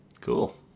cool